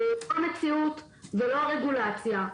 לא המציאות ולא הרגולציה,